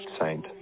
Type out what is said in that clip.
saint